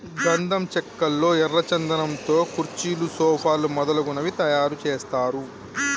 గంధం చెక్కల్లో ఎర్ర చందనం తో కుర్చీలు సోఫాలు మొదలగునవి తయారు చేస్తారు